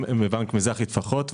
גם מזרחי טפחות,